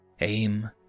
Aim